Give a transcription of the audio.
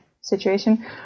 situation